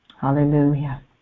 Hallelujah